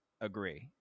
agree